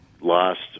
lost